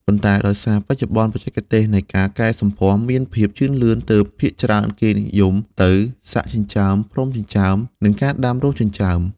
ប៉ុន្តែ ដោយសារបច្ចុប្បន្នបច្ចេកទេសនៃការកែសម្ផស្សមានភាពជឿនលឿន ទើបភាគច្រើនគេនិយមទៅ សាក់ចិញ្ចើម ផ្លុំចិញ្ចើម និងការដាំរោមចិញ្ចើម។